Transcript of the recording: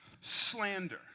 slander